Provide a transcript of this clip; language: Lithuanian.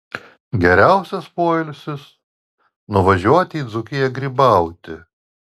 geriausias poilsis nuvažiuoju į dzūkiją grybauti